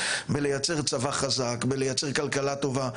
לייצר צבא חזק וכלכלה טובה,